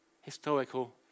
historical